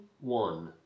one